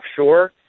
offshore